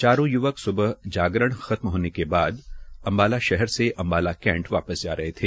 चारों य्वक स्बह जागरण खत्म होने के बाद अम्बाला शहर से अम्बाला कैंट वापस जा रहे थे